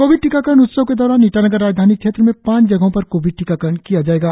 Covid टीकाकरण उत्सव के दौरान ईटानगर राजधानी क्षेत्र में पांच जगहो पर कोविड टीकाकरण किया जाएगा